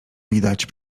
widać